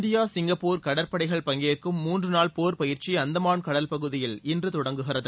India Singapore கடற்படைகள் பங்கேற்கும் மூன்று நாள் போர்ப் பயிற்சி அந்தமான் கடல் பகுதியில் இன்று தொடங்குகிறது